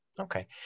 Okay